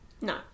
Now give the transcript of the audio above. No